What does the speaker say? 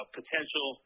potential